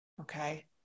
Okay